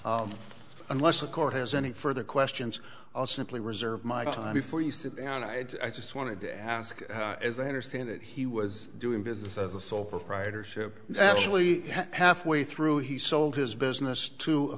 y unless a court has any further questions i'll simply reserve my time before you sit down i just wanted to ask as i understand it he was doing business as a sole proprietorship actually halfway through he sold his business to a